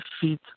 feet